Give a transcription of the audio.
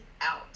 out